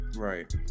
Right